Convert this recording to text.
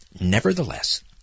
nevertheless